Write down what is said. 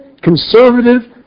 Conservative